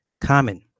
common